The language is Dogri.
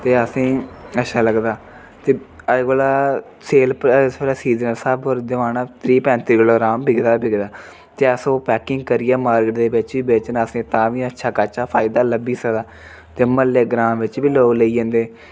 ते असेंगी अच्छा लगदा ते अज्ज कोला सेल पर सीजन दे स्हाबै पर दुहाना त्रीह् पैंत्ती रपेऽ अराम बिकदा बिकदा ते अस ओह् पैकिंग करियै मार्केट दे बिच्च बी बेचन असेंगी तां बी अच्छा खासा फायदा लब्भी सकदा ते म्हल्लें ग्रांऽ बिच्च बी लोक लेई जन्दे